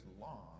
long